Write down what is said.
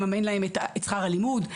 לממן להם את שכר הלימוד,